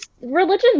religion